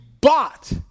bought